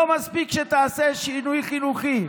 לא מספיק שתעשה שינוי חינוכי.